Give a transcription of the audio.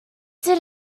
did